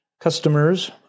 customers